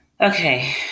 Okay